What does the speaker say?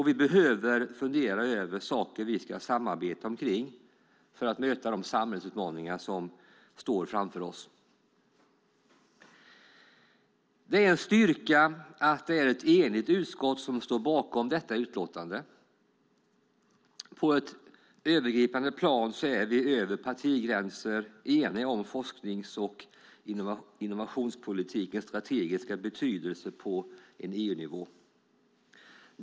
Vi behöver fundera över saker vi ska samarbeta omkring för att möta de samhällsutmaningar som står framför oss. Det är en styrka att det är ett enigt utskott som står bakom detta utlåtande. På ett övergripande plan är vi över partigränser eniga om forsknings och innovationspolitikens strategiska betydelse på EU-nivå.